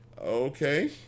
Okay